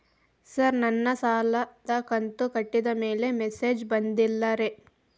sir ನನ್ನ ಸಾಲದ ಕಂತು ಕಟ್ಟಿದಮೇಲೆ ಮೆಸೇಜ್ ಬಂದಿಲ್ಲ ರೇ